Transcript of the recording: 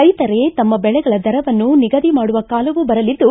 ರೈತರೇ ತಮ್ಮ ಬೆಳೆಗಳ ದರವನ್ನು ನಿಗದಿ ಮಾಡುವ ಕಾಲವೂ ಬರಲಿದ್ದು